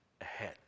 ahead